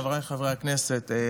חבריי חברי הכנסת,